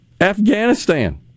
Afghanistan